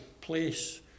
place